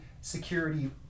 security